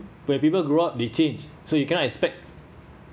where people grow up they change so you cannot expect